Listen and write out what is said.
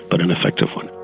but an effective one.